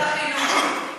יש שם ועדת משנה.